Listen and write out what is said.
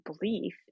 belief